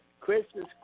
Christmas